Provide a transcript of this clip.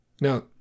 Now